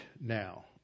now